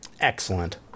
Excellent